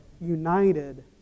united